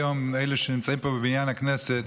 היום אלה שנמצאים פה בבניין הכנסת.